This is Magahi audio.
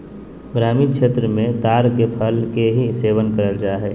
ग्रामीण क्षेत्र मे ताड़ के फल के भी सेवन करल जा हय